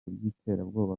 by’iterabwoba